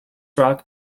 rock